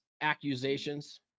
accusations